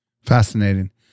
Fascinating